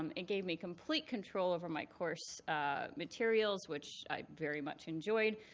um it gave me complete control over my course materials, which i very much enjoyed,